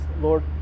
lord